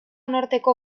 norteko